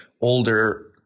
older